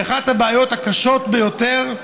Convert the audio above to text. היא אחת הבעיות הקשות ביותר.